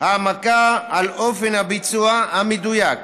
העמקה באופן הביצוע המדויק,